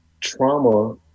trauma